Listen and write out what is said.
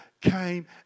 came